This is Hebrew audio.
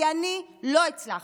כי אני לא הצלחתי.